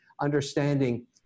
understanding